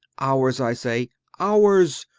ours. i say, ours.